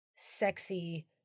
sexy